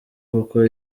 kuko